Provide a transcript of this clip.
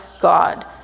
God